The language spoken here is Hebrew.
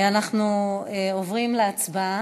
אנחנו עוברים להצבעה.